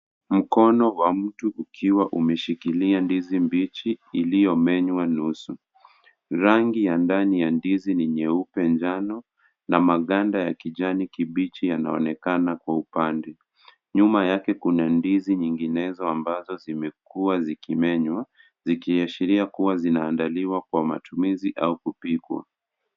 Mkono wa mtu ukiwa umeshikilia ndizi mbichi iliyomenywa nusu. Rangi ya ndani ya ndizi ni nyeupe njano na maganda ya kijani kibichi yanaonekana kwa upande. Nyuma yake kuna ndizi nyinginezo ambazo zimekuwa zikimenywa, zikiashiria kuwa zinaandaliwa kwa matumizi au kupikwa.